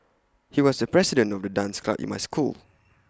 he was the president of the dance club in my school